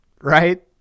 right